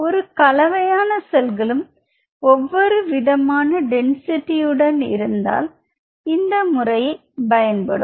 ஒரு கலவையான செல்களும் ஒவ்வொரு விதமான டென்சிட்டி உடன் இருந்தால் இந்த முறை பயன்படும்